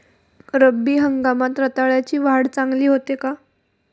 रब्बी हंगामात रताळ्याची वाढ चांगली होते का?